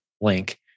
link